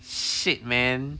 shit man